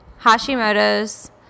Hashimoto's